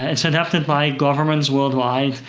is adopted by governments worldwide,